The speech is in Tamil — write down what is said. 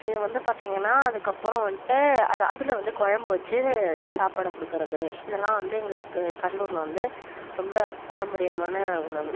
இது வந்து பார்த்தீங்கன்னா அதற்கப்பறம் வந்துட்டு அது அதில் வந்து குழம்பு வச்சு சாப்பிட கொடுக்குறது இதெலாம் வந்து எங்களுக்கு கடலூரில் வந்து ரொம்ப பாரம்பரியமான உணவு